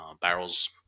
barrels